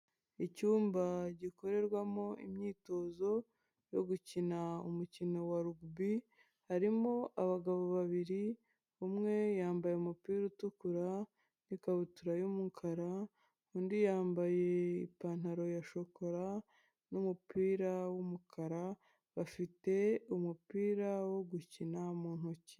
Icyumba gikorerwamo imyitozo yo gukina umukino wa rugubi harimo abagabo babiri umwe yambaye umupira utukura n'ikabutura y'umukara, undi yambaye ipantaro ya shokora n'umupira w'umukara bafite umupira wo gukina mu ntoki.